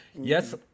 Yes